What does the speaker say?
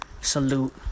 Salute